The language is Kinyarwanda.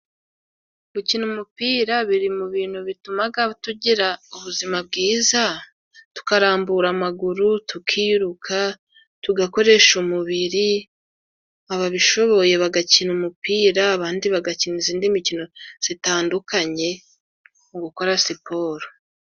Gukina umupira biri mu bintu bitumaga tugira ubuzima bwiza, tukarambura amaguru, tukiruka, tugakoresha umubiri, ababishoboye bagakina umupira, abandi bagakina izindi mikino zitandukanye, mu gukora siporo.